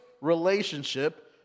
relationship